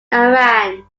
iran